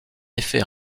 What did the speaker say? effet